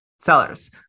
sellers